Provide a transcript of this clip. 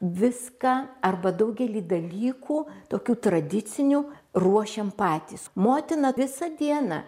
viską arba daugelį dalykų tokių tradicinių ruošiam patys motina visą dieną